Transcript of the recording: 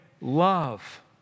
love